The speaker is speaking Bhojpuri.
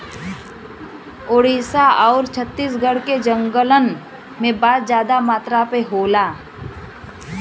ओडिसा आउर छत्तीसगढ़ के जंगलन में बांस जादा मात्रा में होला